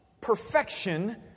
perfection